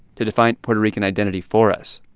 to define puerto rican identity for us.